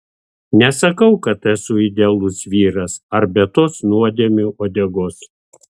nesakau kad esu idealus vyras ar be tos nuodėmių uodegos